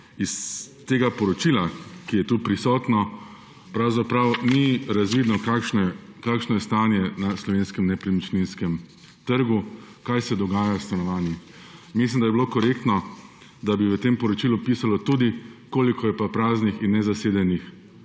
iz tega poročila, ki je tu prisotno, pravzaprav ni razvidno, kakšno je stanje na slovenskem nepremičninskem trgu, kaj se dogaja s stanovanji. Mislim, da bi bilo korektno, da bi v tem poročilu pisalo tudi, koliko je praznih in nezasedenih